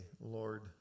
Lord